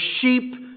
sheep